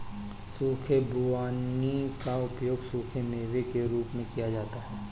सूखे खुबानी का उपयोग सूखे मेवों के रूप में किया जाता है